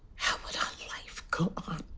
will our life go